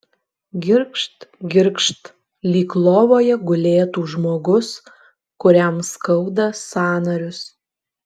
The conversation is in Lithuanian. girgžt girgžt lyg lovoje gulėtų žmogus kuriam skauda sąnarius